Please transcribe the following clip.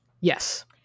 Yes